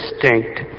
distinct